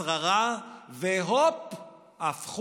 והופ,